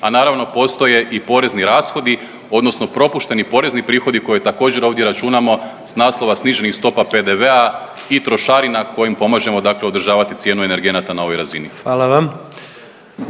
a naravno postoje i porezni rashodi odnosno propušteni porezni prihodi koje također ovdje računamo s naslova sniženih stopa PDV-a i trošarina kojim pomažemo dakle održavati cijenu energenata na ovoj razini.